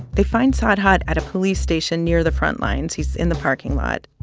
they find sarhad at a police station near the frontlines. he's in the parking lot.